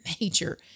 major